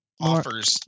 Offers